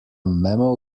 memo